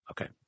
okay